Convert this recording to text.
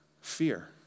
Fear